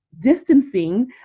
distancing